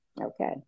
okay